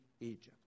Egypt